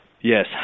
Yes